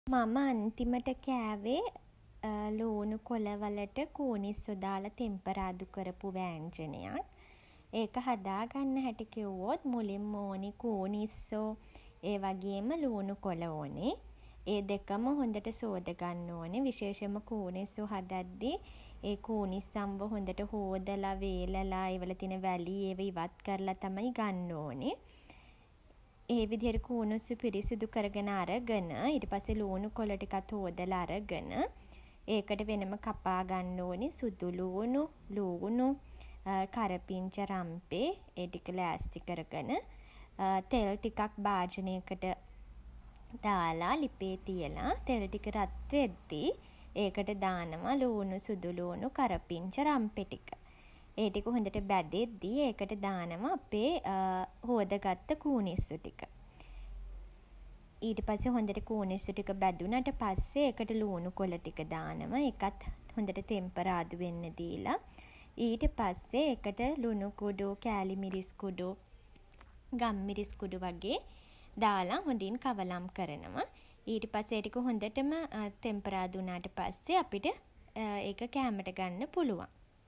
මම අන්තිමට කෑවෙ ළූණු කොළ වලට කූණිස්සෝ දාල තෙම්පරාදු කරපු වෑංජනයක්. ඒක හදාගන්න හැටි කිව්වොත් මුලින්ම ඕනි කූනිස්සෝ ඒ වගේම ළූණු කොළ ඕනෙ. ඒ දෙකම හොඳට සෝදගන්න ඕනේ. විශේෂෙන්ම කූනිස්සො හදද්දී ඒ කූනිස්සන්ව හොඳට හෝදලා වේලලා ඒවල තියෙන වැලි ඒවා ඉවත් කරලා තමයි ගන්න ඕනේ. ඒ විදිහට කූණිස්සෝ පිරිසිදු කරගෙන අරගෙන ඊට පස්සෙ ළූණු කොළ ටිකත් හෝදලා අරගෙන ඒකට වෙනම කපා ගන්න ඕනි සුදු ළූණු ළූණු කරපිංචා රම්පෙ ඒ ටික ලෑස්ති කරගෙන තෙල් ටිකක් භාජනයකට දාලා ලිපේ තියලා තෙල් ටික රත් වෙද්දී ඒකට දානව ළූණු සුදු ළූණු කරපිංචා රම්පෙ ටික. ඒ ටික හොඳට බැදෙද්දි ඒකට දානවා අපේ හෝද ගත්ත කූනිස්සො ටික. ඊට පස්සේ හොඳට කූනිස්සො ටික බැදුනට පස්සේ එකට ළූණු කොළ ටික දානවා. ඒකත් හොඳට තෙම්පරාදු වෙන්න දීල ඊට පස්සේ ඒකට ලුණු කුඩු කෑලි මිරිස් කුඩු ගම්මිරිස් කුඩු වගේ දාලා හොඳින් කවලම් කරනවා. ඊට පස්සේ ඒ ටික හොඳටම තෙම්පරාදු වුනාට පස්සේ අපිට ඒක කෑමට ගන්න පුළුවන්.